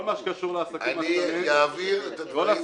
כל מה שקשור לעסקים הקטנים כל הסיפור